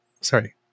sorry